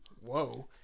Whoa